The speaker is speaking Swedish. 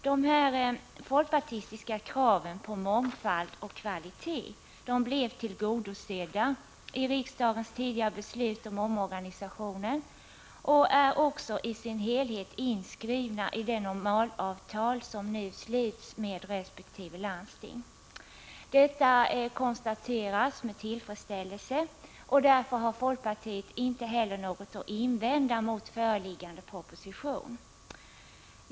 De här folkpartistiska kraven på mångfald och kvalitet blev tillgodosedda i riksdagens tidigare beslut om omorganisationen och är också i sin helhet inskrivna i det normalavtal som nu sluts med resp. landsting. Detta konstateras med tillfredsställelse, och därför har folkpartiet inte heller något att invända mot föreliggande proposition.